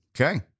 okay